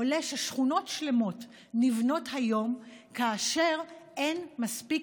עולה ששכונות שלמות נבנות היום כאשר אין מספיק